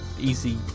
easy